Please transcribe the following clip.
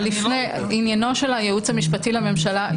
אבל עניינו של הייעוץ המשפטי לממשלה,